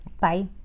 Bye